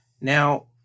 Now